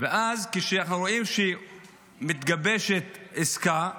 ואז כשאנחנו רואים שמתגבשת עסקה,